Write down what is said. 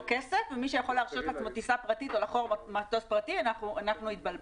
כסף ומי שיכול להרשות לעצמו טיסה פרטי או מטוס פרטי אנחנו התבלבלנו,